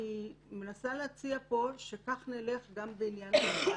אני מנסה להציע פה שכך נלך גם בעניין המב"דים.